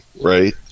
right